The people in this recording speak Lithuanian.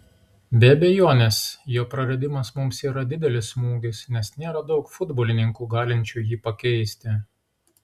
be abejonės jo praradimas mums yra didelis smūgis nes nėra daug futbolininkų galinčių jį pakeisti